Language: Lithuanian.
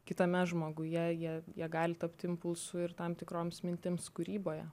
kitame žmoguje jie jie gali tapti impulsu ir tam tikroms mintims kūryboje